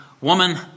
woman